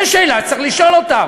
זו שאלה שצריך לשאול אותה.